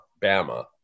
BAMA